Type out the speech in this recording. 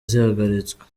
zihagaritswe